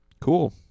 cool